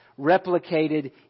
replicated